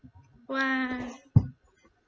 !wah!